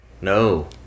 no